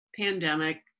pandemic